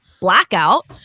blackout